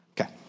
Okay